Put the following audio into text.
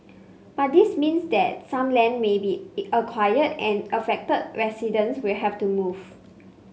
but this means that some land may be acquired and affected residents will have to move